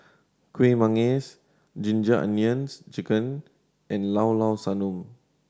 Kueh Manggis Ginger Onions Chicken and Llao Llao Sanum